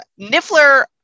Niffler